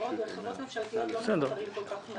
בחברות ממשלתיות לא מפטרים כל כך מהר.